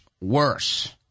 worse